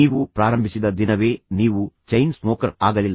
ನೀವು ಪ್ರಾರಂಭಿಸಿದ ದಿನವೇ ನೀವು ಚೈನ್ ಸ್ಮೋಕರ್ ಆಗಲಿಲ್ಲ